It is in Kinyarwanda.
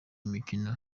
mikino